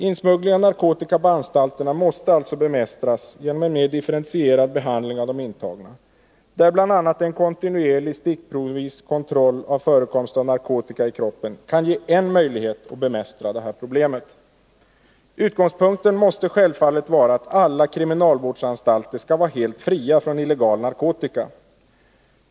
Insmuggling av narkotika på anstalterna måste alltså bemästras genom en mer differentierad behandling av de intagna, varvid kontinuerlig kontroll stickprovsvis av förekomst av narkotika i kroppen kan ge en möjlighet att bemästra detta problem. Utgångspunkten måste självfallet vara att alla kriminalvårdsanstalter skall vara helt fria från illegal narkotika.